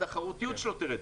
התחרותיות שלו תרד.